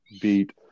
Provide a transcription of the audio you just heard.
beat